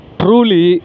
truly